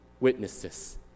witnesses